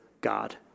God